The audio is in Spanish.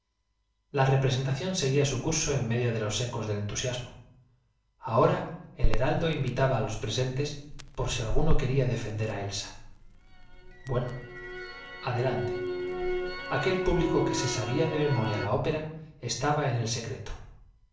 la representación seguía su curso en medio de los ecos del entusiasmo ahora el heraldo invitaba á los defender á elsa presentes por si alguno quería sabía de bueno adelante aquel público que se la estaba en el secreto